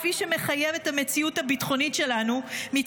כפי שהמציאות הביטחונית שלנו רק מחייבת,